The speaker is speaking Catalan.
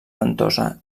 ventosa